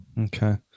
okay